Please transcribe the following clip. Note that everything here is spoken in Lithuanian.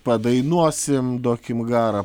padainuosim duokim garą